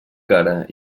cara